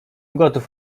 gotów